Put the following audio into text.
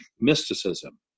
mysticism